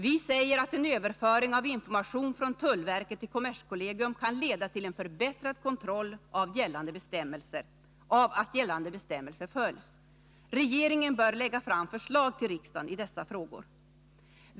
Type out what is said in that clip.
Vi säger att en överföring av information från tullverket till kommerskollegium kan leda till en förbättrad kontroll av att gällande bestämmelser följs. Regeringen bör lägga fram förslag till riksdagen i dessa frågor.